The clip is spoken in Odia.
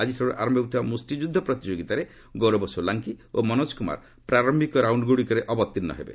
ଆଜିଠାରୁ ଆରମ୍ଭ ହେଉଥିବା ମୁଷ୍ଟି ଯୁଦ୍ଧ ପ୍ରତିଯୋଗିତାରେ ଗୌରବ ସୋଲାଙ୍କି ଓ ମନୋଜ କୁମାର ପ୍ରାରମ୍ଭିକ ରାଉଣ୍ଡଗୁଡ଼ିକରେ ଅବତିର୍ଣ୍ଣ ହେବେ